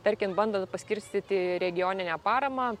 tarkim bandant paskirstyti regioninę paramą